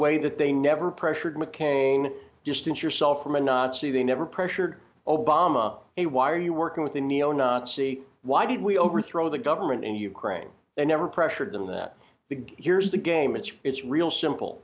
way that they never pressured mccain distance yourself from a nazi they never pressured obama a why are you working with a neo nazi why did we overthrow the government in ukraine they never pressured them that big here's a game which it's real simple